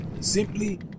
simply